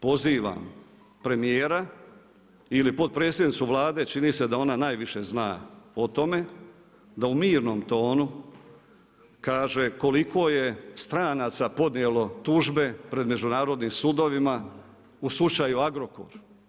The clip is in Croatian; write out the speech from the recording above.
Pozivam premijera ili potpredsjednicu Vlade, čini se da ona najviše zna o tome, da u mirnom tonu kaže koliko je stranaca podnijelo tužbe pred međunarodnim sudovima u slučaju Agrokor.